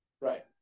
Right